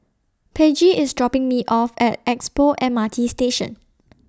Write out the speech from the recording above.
Peggie IS dropping Me off At Expo M R T Station